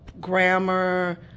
grammar